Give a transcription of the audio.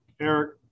Eric